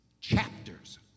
chapters